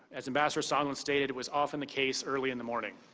as ambassador sondland stated was often the case early in the morning.